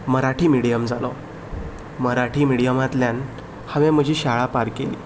Marathi medium जालो मराठी मिडियमांतल्यान हांवें म्हजी शाळा पार केली